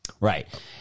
right